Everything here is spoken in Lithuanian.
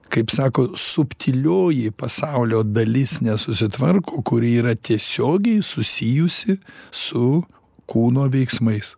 kaip sako subtilioji pasaulio dalis nesusitvarko kuri yra tiesiogiai susijusi su kūno veiksmais